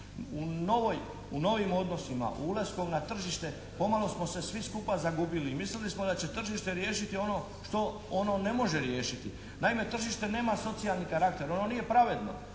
U novim odnosima, ulaskom na tržište pomalo smo se svi skupa zagubili. Mislili smo da će tržište riješiti ono što ono ne može riješiti. Naime, tržište nema socijalni karakter, ono nije pravedno.